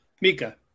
Mika